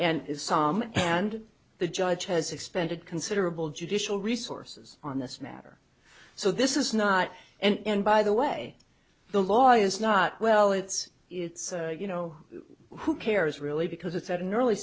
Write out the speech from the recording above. and some and the judge has expended considerable judicial resources on this matter so this is not and by the way the law is not well it's it's you know who cares really because it's at an early